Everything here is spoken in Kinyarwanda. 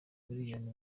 miliyoni